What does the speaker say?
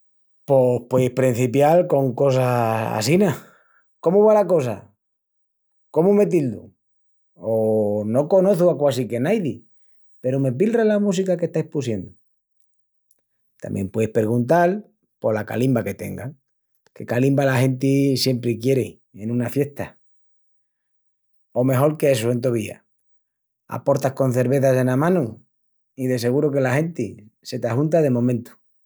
Pos pueis prencipial con cosas assina: Cómu va la cosa? Cómu me tildu? o No conoçu a quasi que naidi peru me pilra la música que estais pusiendu. Tamién pueis perguntal pola calimba que tengan, que calimba la genti siempri quieri en una fiesta. O mejol qu'essu entovía, aportas con cervezas ena manu i de seguru que la genti se t'ajunta de momentu.